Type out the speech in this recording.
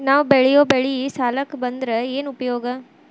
ನಾವ್ ಬೆಳೆಯೊ ಬೆಳಿ ಸಾಲಕ ಬಂದ್ರ ಏನ್ ಉಪಯೋಗ?